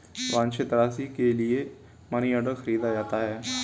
वांछित राशि के लिए मनीऑर्डर खरीदा जाता है